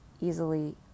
easily